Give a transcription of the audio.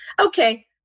Okay